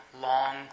long